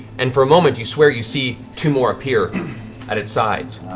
and for a moment, you swear you see two more appear at its sides.